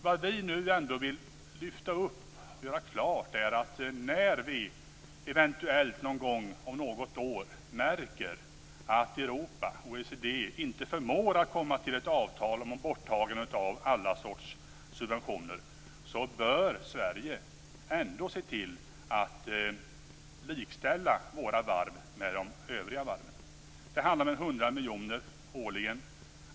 Vad vi nu ändå vill lyfta upp och göra klart är att när vi eventuellt om något år märker att Europa och OECD inte förmår komma till ett avtal om ett borttagande av alla sorts subventioner bör vi i Sverige se till att likställa våra varv med de övriga varven. Det handlar om 100 miljoner årligen.